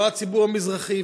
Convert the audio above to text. לא הציבור המזרחי,